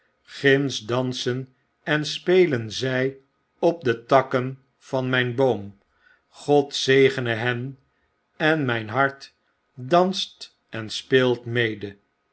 grinds dansen en spelen zy op de takken van myn boom god zegene hen en myn hart danst en speelt mede